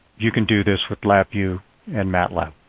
you can do this with lab view and mat lab.